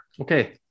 Okay